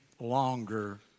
longer